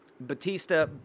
Batista